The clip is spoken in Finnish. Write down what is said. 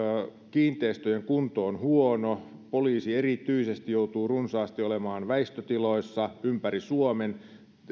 kiinteistöjen kunto on huono poliisi erityisesti joutuu runsaasti olemaan väistötiloissa ympäri suomen